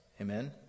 Amen